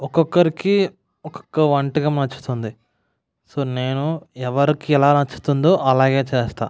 ఒక్కొక్కరికి ఒక్కొక్క వంటకం నచ్చుతుంది సో నేను ఎవరికి ఎలా నచ్చుతుందో అలాగే చేస్తాను